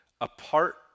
Apart